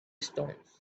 stones